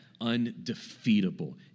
undefeatable